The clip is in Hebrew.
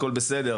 הכול בסדר,